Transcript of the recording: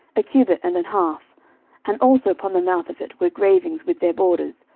a cubit and an half and also upon the mouth of it were gravings with their borders,